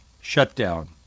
shutdown